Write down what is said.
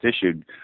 issued